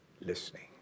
listening